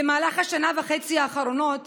במהלך השנה וחצי האחרונות